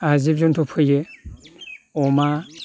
जिब जन्थु फैयो अमा